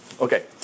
Okay